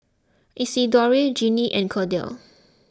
Isidore Jeannine and Cordell